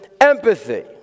empathy